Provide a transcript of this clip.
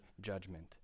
judgment